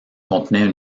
contenaient